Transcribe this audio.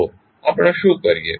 તો આપણે શું કરીએ